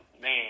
man